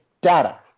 data